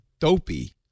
dopey